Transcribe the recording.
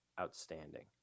outstanding